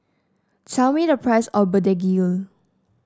tell me the price of begedil